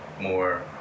more